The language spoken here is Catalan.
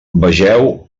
vegeu